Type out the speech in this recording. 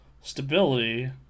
Stability